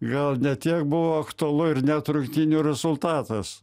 gal ne tiek buvo aktualu ir net rungtynių rezultatas